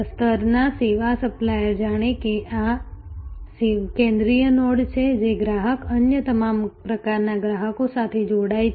સ્તરના સેવા સપ્લાયર્સ જાણે કે આ કેન્દ્રીય નોડ છે જે ગ્રાહકો અન્ય તમામ પ્રકારના ગ્રાહકો સાથે જોડાય છે